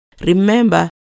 Remember